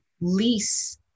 lease